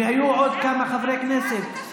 והיו עוד כמה חברי כנסת,